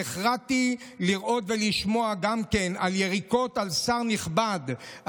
נחרדתי לראות ולשמוע גם על יריקות על שר נכבד,